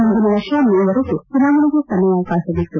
ಮುಂದಿನ ವರ್ಷ ಮೇ ವರೆಗೂ ಚುನಾವಣೆಗೆ ಸಮಯವಕಾಶವಿತ್ತು